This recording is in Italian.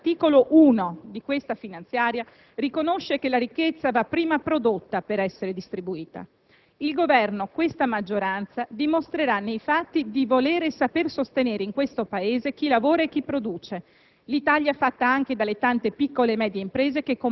Abbandonato l'armamentario ideologico del passato, l'articolo 1 di questa finanziaria riconosce che la ricchezza, per essere distribuita, va prima prodotta. Il Governo, questa maggioranza, dimostrerà di voler e saper sostenere in questo Paese chi lavora e chi produce,